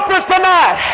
tonight